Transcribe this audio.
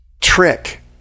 trick